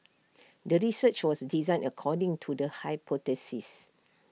the research was designed according to the hypothesis